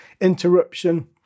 interruption